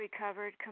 recovered